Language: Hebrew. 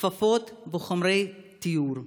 כפפות וחומרי טיהור.